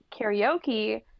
karaoke